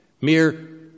mere